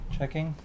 Checking